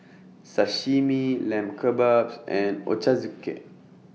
Sashimi Lamb Kebabs and Ochazuke